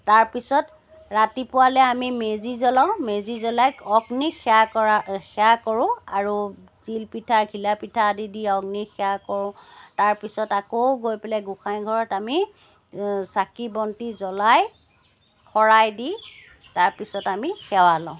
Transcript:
তাৰপিছত ৰাতিপুৱালৈ আমি মেজি জ্বলাওঁ মেজি জ্বলাই অগ্নিক সেৱা কৰা সেৱা কৰোঁ আৰু তিলপিঠা ঘিলাপিঠা আদি দি অগ্নিক সেৱা কৰোঁ তাৰপিছত আকৌ গৈ পেলাই গোঁসাইঘৰত আমি চাকি বন্তি জ্বলাই শৰাই দি তাৰপিছত আমি সেৱা লওঁ